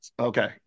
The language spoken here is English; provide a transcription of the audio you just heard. Okay